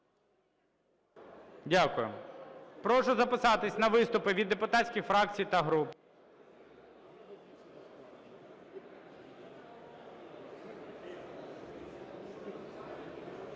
Дякую. Прошу записатися на виступи від депутатських фракцій та груп.